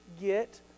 get